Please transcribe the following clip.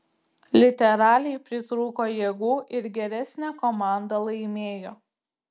literaliai pritrūko jėgų ir geresnė komanda laimėjo